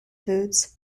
foods